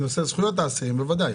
נושא זכויות האסירים, בוודאי.